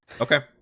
Okay